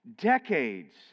decades